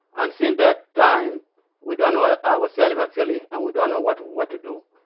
um since that time we don't know ah ourselves actually and we don't know what what to do.